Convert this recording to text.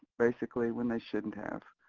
basically, when they shouldn't have.